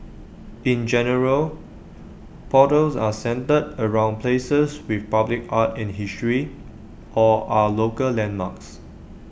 in general portals are centred around places with public art and history or are local landmarks